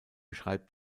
schreibt